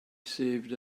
saved